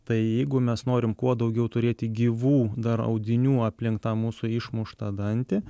tai jeigu mes norim kuo daugiau turėti gyvų dar audinių aplink tą mūsų išmuštą dantį